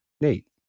Nate